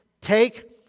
take